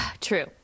true